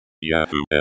Yahoo